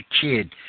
kid